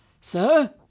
Sir